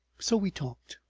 so we talked,